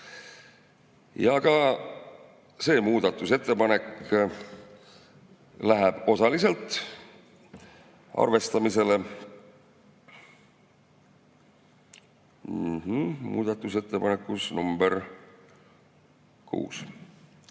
See muudatusettepanek läheb osaliselt arvestamisele muudatusettepanekus nr 6.